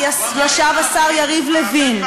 הוא אמר אם,